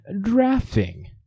drafting